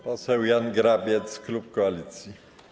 Poseł Jan Grabiec, klub Koalicji.